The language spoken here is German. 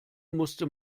musste